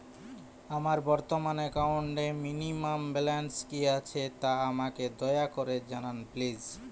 আমার বর্তমান একাউন্টে মিনিমাম ব্যালেন্স কী আছে তা আমাকে দয়া করে জানান প্লিজ